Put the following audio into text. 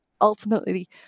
ultimately